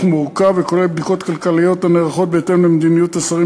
ומורכב וכולל בדיקות כלכליות הנערכות בהתאם למדיניות השרים